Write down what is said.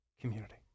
community